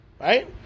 right